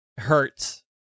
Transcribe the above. hurts